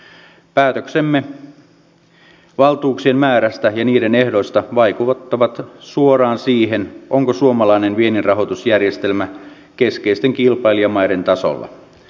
päätöksemme valtuuksien määrästä ja niiden ehdoista vaikuttavat suoraan siihen onko suomalainen vienninrahoitusjärjestelmä keskeisten kilpailijamaiden tasolla